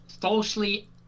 falsely